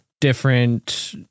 different